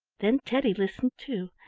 then teddy listened too,